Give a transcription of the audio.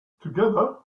together